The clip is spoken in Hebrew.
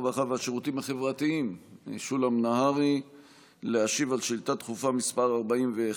הרווחה והשירותים החברתיים משולם נהרי להשיב על שאילתה דחופה מס' 41,